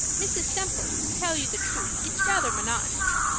mrs. semple, to tell you the truth, gets rather monotonous.